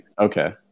okay